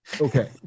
Okay